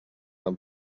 tan